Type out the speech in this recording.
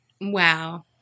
Wow